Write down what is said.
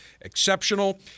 exceptional